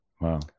Wow